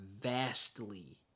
vastly